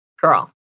Girl